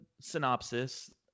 synopsis